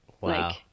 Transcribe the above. Wow